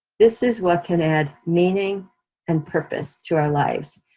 this is what can add meaning and purpose to our lives.